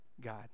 God